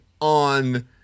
on